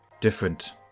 different